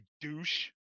douche